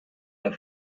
der